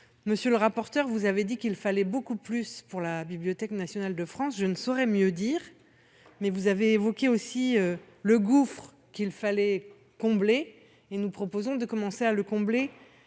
monsieur le rapporteur, vous avez dit qu'il fallait beaucoup plus pour la Bibliothèque nationale de France, je ne saurais mieux dire mais vous avez évoqué aussi le gouffre qu'il fallait combler et nous proposons de commencer à le combler